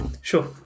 Sure